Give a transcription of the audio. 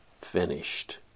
finished